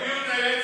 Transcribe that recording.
למה אתה מעכב אותנו?